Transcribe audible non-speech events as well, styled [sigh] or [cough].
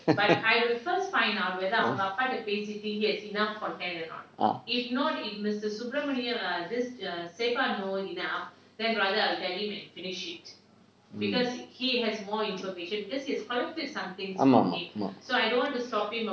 [laughs] ah ஆமாம் ஆமாம் ஆமாம்:aamaam aamaam aamaam